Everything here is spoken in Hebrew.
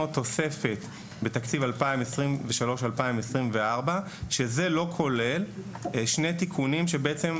תוספת בתקציב 2023-2024 שזה לא כולל שני תיקונים שבעצם,